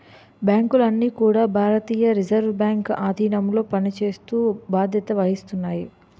బ్యాంకులన్నీ కూడా భారతీయ రిజర్వ్ బ్యాంక్ ఆధీనంలో పనిచేస్తూ బాధ్యత వహిస్తాయి